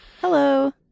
Hello